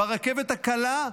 וברכבת הקלה,